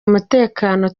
umutekano